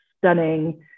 stunning